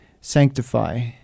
sanctify